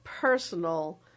personal